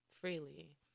Freely